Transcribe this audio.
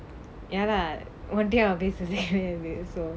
ya lah உன்கிட்டயும் அவ பேசுறதே கெடயாது:unkittayum ava peasurathae kedayaathu so